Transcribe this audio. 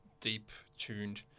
deep-tuned